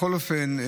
בכל אופן,